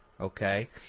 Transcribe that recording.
Okay